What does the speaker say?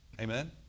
Amen